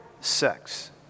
sex